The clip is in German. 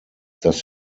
dass